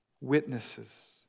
witnesses